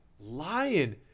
lion